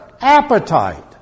appetite